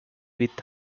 with